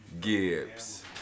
Gibbs